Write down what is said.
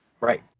Right